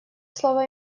слово